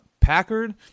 Packard